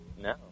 No